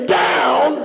down